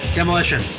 Demolition